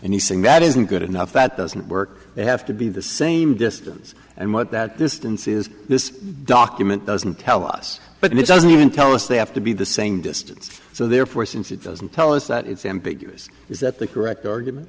using that isn't good enough that doesn't work they have to be the same distance and what that distance is this document doesn't tell us but it doesn't even tell us they have to be the same distance so therefore since it doesn't tell us that it's ambiguous is that the correct argument